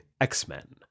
X-Men